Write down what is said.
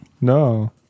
No